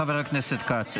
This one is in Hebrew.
חבר הכנסת כץ.